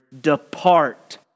depart